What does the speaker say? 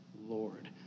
Lord